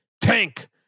tank